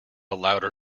louder